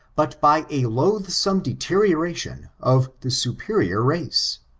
but by a loathsome deterioration of the superior race.